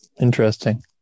Interesting